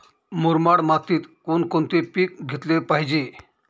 मुरमाड मातीत कोणकोणते पीक घेतले पाहिजे?